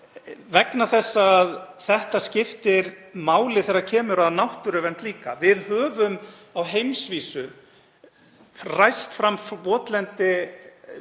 vegna þess að það skiptir máli þegar kemur að náttúruvernd líka. Við höfum á heimsvísu ræst fram votlendi um